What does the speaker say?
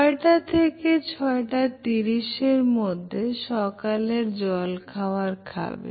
ছয়টা থেকে ছয়টা তিরিশ এর মধ্যে সকালের জল খাওয়ার খাবে